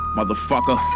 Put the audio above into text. Motherfucker